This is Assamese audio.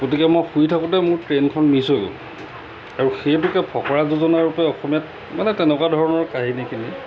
গতিকে মোৰ শুই থাকোঁতে মোৰ ট্ৰেইনখন মিছ হৈ গ'ল আৰু সেইটোকে ফকৰা যোজনাৰূপে অসমীয়াত মানে তেনেকুৱা ধৰণৰ কাহিনীখিনি